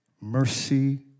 mercy